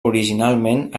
originalment